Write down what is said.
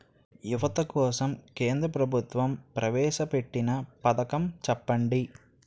యువత కోసం కేంద్ర ప్రభుత్వం ప్రవేశ పెట్టిన పథకం చెప్పండి?